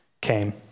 came